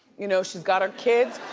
you know, she's got her kids.